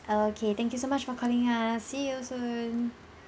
okay thank you so much for calling us see you soon